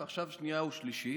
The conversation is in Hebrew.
ועכשיו, שנייה ושלישית.